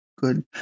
good